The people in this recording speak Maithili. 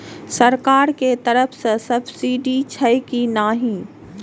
सरकार के तरफ से सब्सीडी छै कि नहिं?